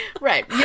Right